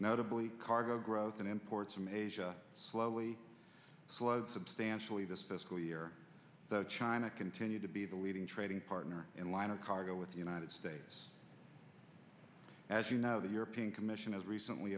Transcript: notably cargo growth and imports from asia slowly slowed substantially this fiscal year china continued to be the leading trading partner in line of cargo with the united states as you know the european commission has recently